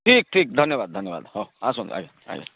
ଠିକ୍ ଠିକ୍ ଧନ୍ୟବାଦ୍ ଧନ୍ୟବାଦ୍ ହଉ ଆସନ୍ତୁ ଆଜ୍ଞା ଆଜ୍ଞା